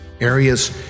areas